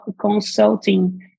consulting